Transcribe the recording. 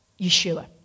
Yeshua